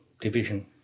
division